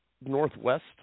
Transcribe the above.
northwest